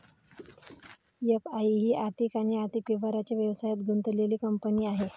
FI ही आर्थिक आणि आर्थिक व्यवहारांच्या व्यवसायात गुंतलेली कंपनी आहे